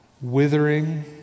withering